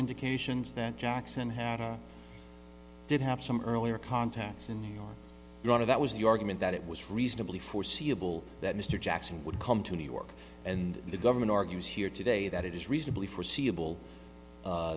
indications that jackson had did have some earlier contacts in new york your honor that was the argument that it was reasonably foreseeable that mr jackson would come to new york and the government argues here today that it is reasonably foreseeable